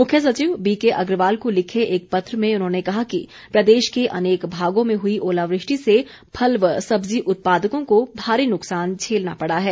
मुख्य सचिव बीके अग्रवाल को लिखे एक पत्र में उन्होंने कहा कि प्रदेश के अनेक भागों में हुई ओलावृष्टि से फल व सब्ज़ी उत्पादकों को भारी नुकसान झेलना पड़ा है